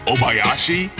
Obayashi